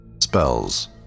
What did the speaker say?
Spells